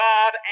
God